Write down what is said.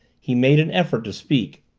he made an effort to speak.